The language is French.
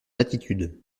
attitude